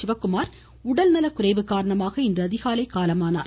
சிவக்குமார் உடல்நலக்குறைவு காரணமாக இன்று அதிகாலை காலமானார்